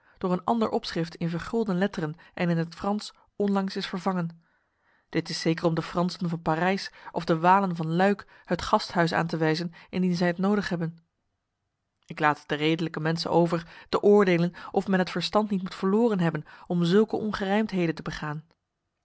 door een ander opschrift in vergulden letteren en in het frans onlangs is vervangen dit is zeker om de fransen van parijs of de walen van luik het gasthuis aan te wijzen indien zij het nodig hebben ik laat het de redelijke mensen over te oordelen of men het verstand niet moet verloren hebben om zulke ongerijmdheden te begaan